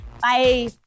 bye